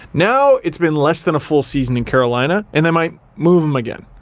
now it's been less than a full season in carolina and they might move him again.